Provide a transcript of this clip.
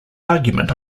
argument